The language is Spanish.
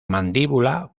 mandíbula